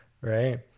right